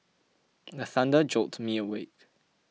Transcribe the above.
the thunder jolt me awake